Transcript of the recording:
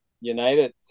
United